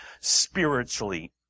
spiritually